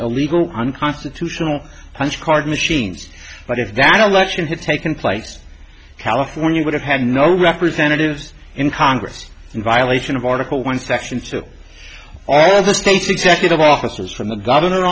illegal unconstitutional punch card machines but if that alexion had taken place california would have had no representatives in congress in violation of article one section so all the states executive officers from the governor